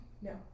No